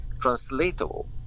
translatable